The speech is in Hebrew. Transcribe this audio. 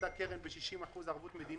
אותה קרן ב-60% ערבות מדינה.